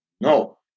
No